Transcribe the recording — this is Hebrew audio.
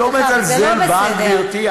אני לא מזלזל בך, גברתי.